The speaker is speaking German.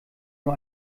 nur